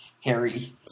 Harry